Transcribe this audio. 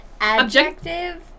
Objective